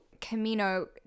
Camino